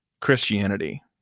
Christianity